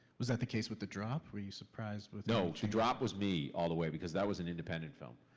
was that the case with the drop? were you surprised with. no. the drop was me all the way, because that was an independent film.